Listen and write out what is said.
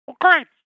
Great